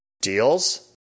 Deals